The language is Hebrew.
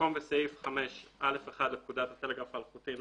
במקום "וסעיף 5(א1) לפקודת הטלגרף האלחוטי ,